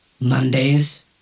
Monday's